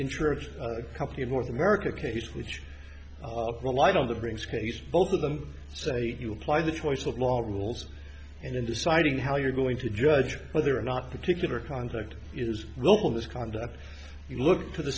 insurance company of north america case which relied on the brings case both of them say you apply the choice of a lot of rules and in deciding how you're going to judge whether or not particular conduct is willful misconduct you look to the